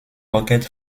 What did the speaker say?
roquette